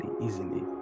easily